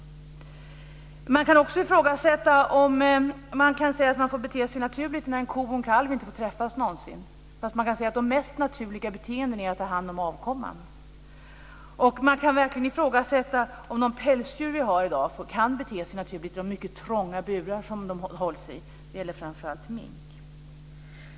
Man kan också ifrågasätta om man kan säga att djuren får bete sig naturligt när en ko och en kalv aldrig någonsin får träffas, fastän man kan se att det mest naturliga beteendet är att ta hand om avkomman. Man kan verkligen ifrågasätta om de pälsdjur vi har i dag kan bete sig naturligt i de mycket trånga burar som de hålls i. Det gäller framför allt mink.